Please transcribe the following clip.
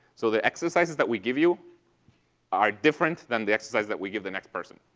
so the exercises that we give you are different than the exercises that we give the next person.